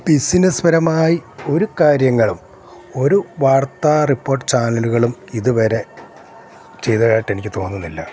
ബിസിനസുപരമായി ഒരു കാര്യങ്ങളും ഒരു വാർത്താ റിപ്പോർട്ട് ചാനലുകളും ഇതുവരെ ചെയ്തതായിട്ട് എനിക്ക് തോന്നുന്നില്ല